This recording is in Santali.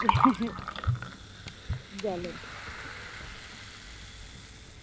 ᱡᱟᱞᱮ